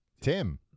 Tim